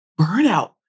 burnout